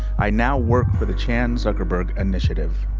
i now work for the chan zuckerberg initiative.